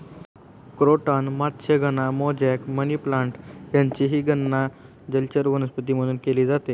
croton मत्स्यांगना, mosaic, money plant यांचीही गणना जलचर वनस्पती म्हणून केली जाते